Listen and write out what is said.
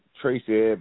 Tracy